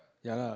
ya lah